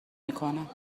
میکنم